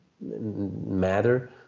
matter